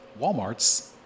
Walmarts